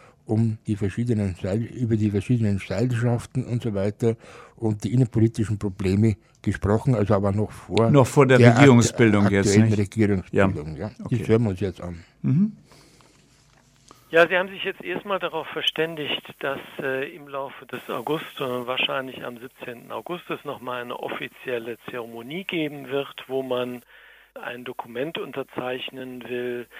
um die verschiedenen Seil- über die verschiedenen Seilschaften und so weiter und die innenpolitischen Probleme gesprochen, also aber noch vor- Noch vor der der akt- Regierungsbildung jetzt, aktuellen nicht? Regierungsbildung, Ja. ja. Okay. Die hören wir uns jetzt an. Mhm. Ja, sie haben sich jetzt erstmal darauf verständigt, dass, äh, im Laufe des Augusts, sondern wahrscheinlich am 17. August es noch mal eine offizielle Zeremonie geben wird, wo man ein Dokument unterzeichnen will,